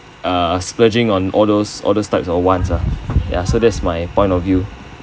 uh splurging on all those all those types of wants lah ya so that's my point of view